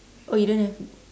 oh you don't have